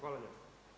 Hvala lijepo.